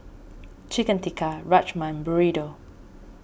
Chicken Tikka Rajma Burrito